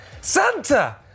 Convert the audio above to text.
Santa